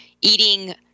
eating